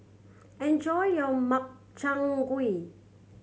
enjoy your Makchang Gui